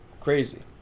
Crazy